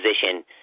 position